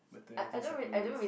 maternity supplements